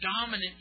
dominant